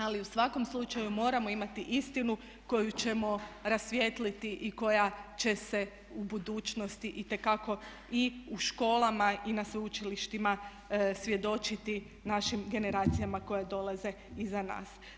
Ali u svakom slučaju moramo imati istinu koju ćemo rasvijetliti i koja će se u budućnosti itekako i u školama i na sveučilištima svjedočiti našim generacijama koje dolaze iza nas.